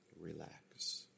Relax